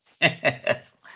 Yes